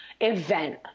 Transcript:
event